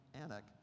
Anak